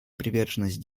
приверженность